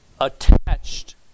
attached